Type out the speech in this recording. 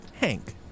Hank